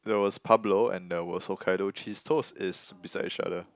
there was Pablo and there was Hokkaido cheese toast is beside each other